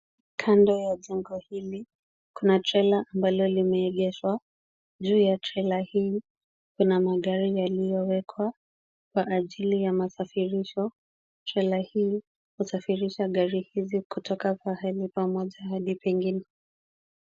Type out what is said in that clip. Kando ya jengo hili, kuna trela ambalo limeegeshwa, juu ya trela hii kuna magari yaliyowekwa kwa ajili ya masafirisho. Trela hii husafirisha gari hizi kutoka pahali pamoja hadi pengine.